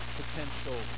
potential